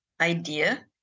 idea